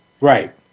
right